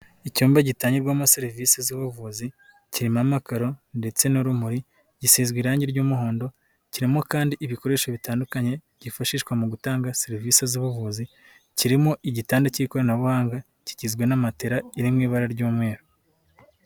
Icyumba gitangirwamo serivise z'ubuvuzi kirimo amakaro ndetse n'urumuri, gisizwe irange ry'umuhondo, kirimo kandi ibikoresho bitandukanye byifashishwa mu gutanga serivise z'ubuvuzi, kirimo igitanda cy'ikoranabuhanga kigizwe n'amatera iri mu ibara ry'umweru.